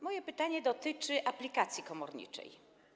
Moje pytanie dotyczy aplikacji komorniczej.